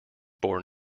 bore